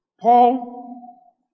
Paul